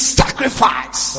sacrifice